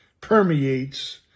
permeates